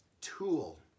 tool